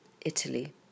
Italy